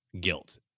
guilt